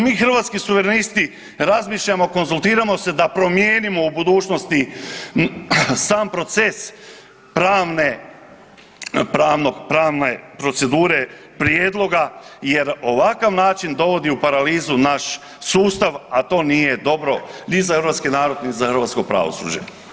Mi Hrvatski suverenisti razmišljamo, konzultiramo se da promijenimo u budućnosti sam proces pravne procedure prijedloga jer ovakav način dovodi u paralizu naš sustav, a to nije dobro ni za hrvatski narod ni za hrvatsko pravosuđe.